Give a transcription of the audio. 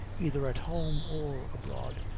either at home or abroad,